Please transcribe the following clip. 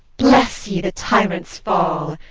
bless ye the tyrant's fall!